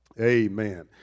Amen